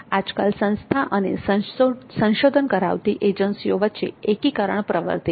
આજકાલ સંસ્થા અને સંશોધન કરાવતી એજન્સીઓ વચ્ચે એકીકરણ પ્રવર્તે છે